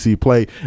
play